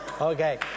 Okay